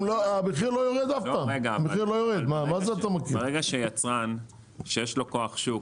ברגע שיצרן יש לו כוח שוק,